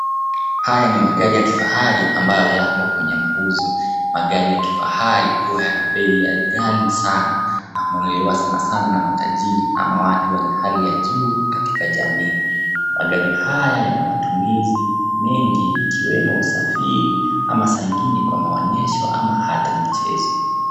Haya ni magari ya kifahari ambayo yapo kwenye mauzo. Magari ya kifahari huwa yana bei ghali sana na hununuliwa sanasana na matajiri ama watu wa hali ya juu katika jamii. Magari haya yana matumizi mengi ikiwemo usafiri ama saa ingine kwa maonyesho ama hata michezo.